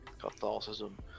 Catholicism